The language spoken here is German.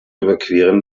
überqueren